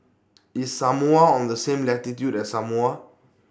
IS Samoa on The same latitude as Samoa